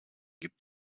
gibt